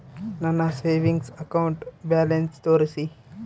ನನ್ನ savings account balance ತೋರಿಸಿ?